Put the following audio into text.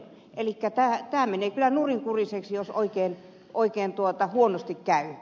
elikkä tämä menee kyllä nurinkuriseksi jos oikein huonosti käy